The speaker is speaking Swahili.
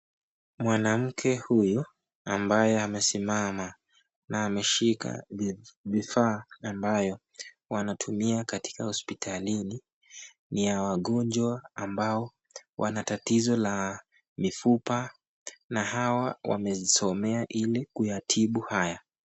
Mwanamke huyu ambaye amesimama na ameshika vifaa ambayo wanatumia katika hosiptalini ni ya wagonjwa ambao wana tatizo la mifupa na hawa wamezisomea ili kuyatibu haya.